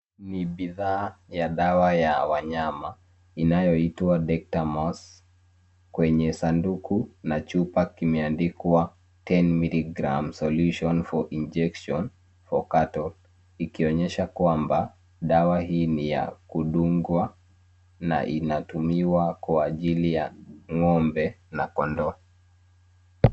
Ni bidhaa ya dawa ya wanyama inayoitwa Dectamos kwenye sanduku na chupa kimeandikwa 10mg solution for injection for cuttop ikionyesha kwamba dawa hii ni ya kudungwa na inatumiwa kwa ajili ya ng'ombe na kondoo.